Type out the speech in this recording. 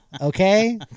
okay